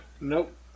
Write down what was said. Nope